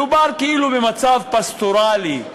מדובר כאילו במצב פסטורלי,